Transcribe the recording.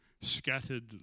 scattered